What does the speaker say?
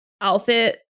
outfit